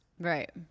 Right